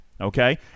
Okay